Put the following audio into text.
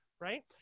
right